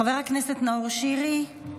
חבר הכנסת נאור שירי,